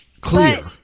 clear